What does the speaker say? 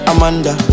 Amanda